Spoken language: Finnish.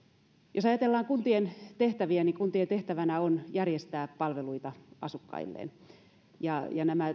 jos ajatellaan kuntien tehtäviä niin kuntien tehtävänä on järjestää palveluita asukkailleen ja ja nämä